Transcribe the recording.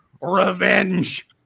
revenge